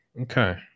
Okay